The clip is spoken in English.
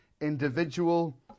individual